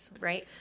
right